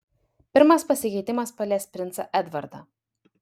pirmas pasikeitimas palies princą edvardą